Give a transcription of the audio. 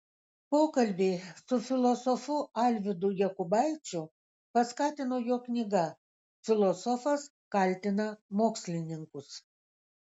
pokalbį su filosofu alvydu jokubaičiu paskatino jo knyga filosofas kaltina mokslininkus